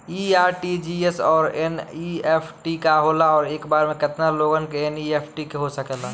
इ आर.टी.जी.एस और एन.ई.एफ.टी का होला और एक बार में केतना लोगन के एन.ई.एफ.टी हो सकेला?